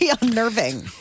unnerving